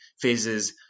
phases